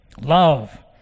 love